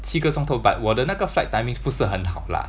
七个钟头 but 我的那个 flight timings 不是很好 lah